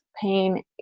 pain